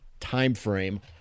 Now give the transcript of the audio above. timeframe